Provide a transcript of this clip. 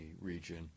region